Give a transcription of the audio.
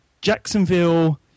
Jacksonville